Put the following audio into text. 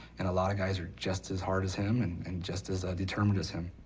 and a lot of guys are just as hard as him and and just as ah determined as him.